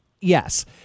Yes